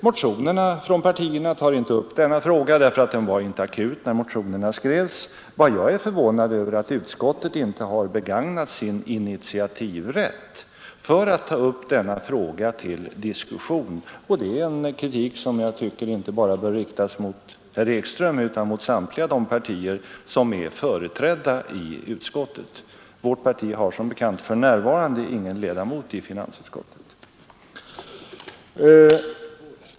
Motionerna från de olika partierna tar inte upp denna fråga, därför att den var inte akut när motionerna skrevs. Vad jag är förvånad över är att inte utskottet har begagnat sin initiativrätt för att ta upp denna fråga till diskussion. Och det är en kritik som jag tycker inte bör riktas bara till herr Ekström utan mot samtliga partier som är företrädda i utskottet. Vårt parti har som bekant för närvarande ingen ledamot i finansutskottet.